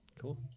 Cool